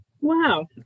Wow